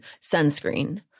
sunscreen